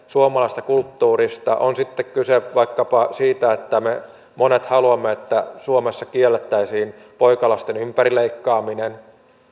suomalaisesta kulttuurista on sitten kyse vaikkapa siitä että me monet haluamme että suomessa kiellettäisiin poikalasten ympärileikkaaminen